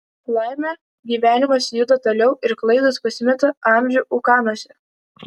laimė gyvenimas juda toliau ir klaidos pasimeta amžių ūkanose